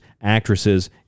actresses